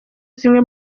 zimwe